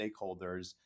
stakeholders